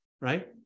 right